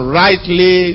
rightly